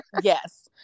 yes